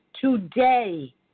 Today